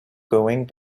going